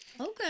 Okay